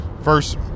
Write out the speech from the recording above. first